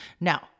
Now